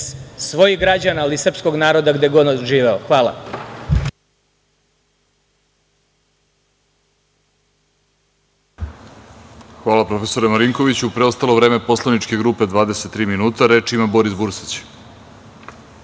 svojih građana, ali i srpskog naroda gde god on živeo. Hvala. **Vladimir Orlić** Hvala profesore Marinkoviću. Preostalo vreme poslaničke grupe 23 minuta. Reč ima Boris Bursać.